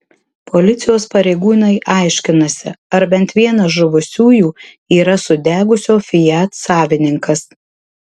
policijos pareigūnai aiškinasi ar bent vienas žuvusiųjų yra sudegusio fiat savininkas